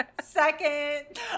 second